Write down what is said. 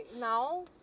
now